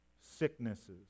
sicknesses